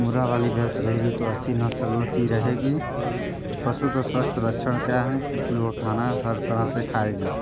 मूरा वाली भैस रहेगी तो अस्सी नस्ल की रहेगी पशु का स्वस्थ लक्षण क्या हैं कि कि वह खाना हर तरह से खाएगी